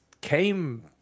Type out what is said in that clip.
came